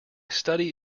study